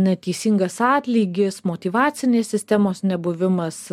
neteisingas atlygis motyvacinės sistemos nebuvimas